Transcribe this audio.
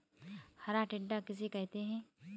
हरा टिड्डा किसे कहते हैं?